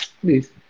please